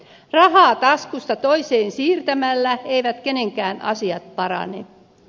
rahaa taskusta toiseen siirtämällä eivät kenenkään asiat parane